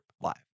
live